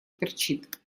перчит